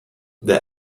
der